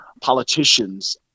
politicians